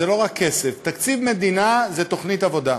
זה לא רק כסף, תקציב מדינה זה תוכנית עבודה.